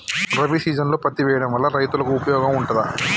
రబీ సీజన్లో పత్తి వేయడం వల్ల రైతులకు ఉపయోగం ఉంటదా?